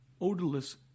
odorless